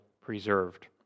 preserved